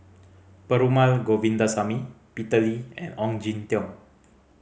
Perumal Govindaswamy Peter Lee and Ong Jin Teong